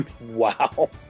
Wow